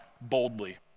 boldly